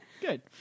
Good